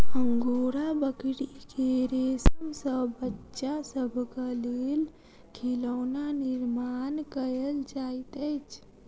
angora बकरी के रेशम सॅ बच्चा सभक लेल खिलौना निर्माण कयल जाइत अछि